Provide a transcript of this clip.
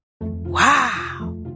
Wow